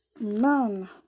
None